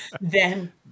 then-